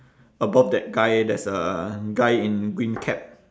above that guy there's a guy in green cap